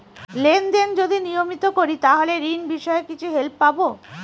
Lane দেন যদি নিয়মিত করি তাহলে ঋণ বিষয়ে কিছু হেল্প পাবো?